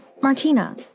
Martina